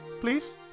please